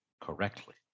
correctly